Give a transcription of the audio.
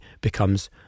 becomes